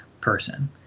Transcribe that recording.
person